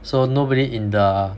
so nobody in the